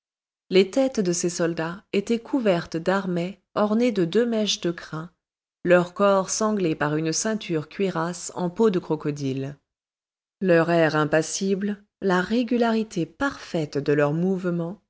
les têtes de ces soldats étaient couvertes d'armets ornés de deux mèches de crin leurs corps sanglés par une ceinture cuirasse en peau de crocodile leur air impassible la régularité parfaite de leurs mouvements